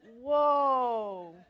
whoa